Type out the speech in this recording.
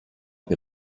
che